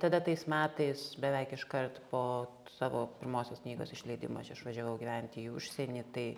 tada tais metais beveik iškart po savo pirmosios knygos išleidimo aš išvažiavau gyventi į užsienį tai